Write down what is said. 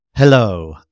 Hello